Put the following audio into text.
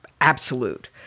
absolute